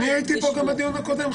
אני הייתי פה גם בדיון הקודם.